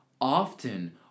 often